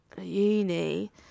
uni